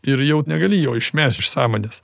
ir jau negali jo išmesti iš sąmonės